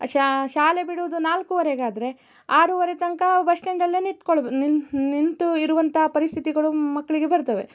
ಶಾ ಶಾಲೆ ಬಿಡುವುದು ನಾಲ್ಕುವರೆಗಾದರೆ ಆರುವರೆ ತನಕ ಬಸ್ ಸ್ಟಾಂಡಲ್ಲೇ ನಿತ್ಕೊಳ್ಳೊ ನಿಂತು ಇರುವಂಥ ಪರಿಸ್ಥಿತಿಗಳು ಮಕ್ಕಳಿಗೆ ಬರ್ತವೆ